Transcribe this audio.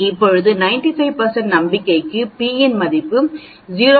இப்போது 95 நம்பிக்கைக்கு p மதிப்பு 0